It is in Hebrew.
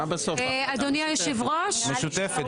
אדוני היושב-ראש --- משותפת.